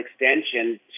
extension